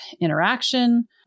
interaction